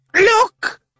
Look